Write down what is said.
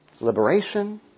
Liberation